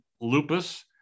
lupus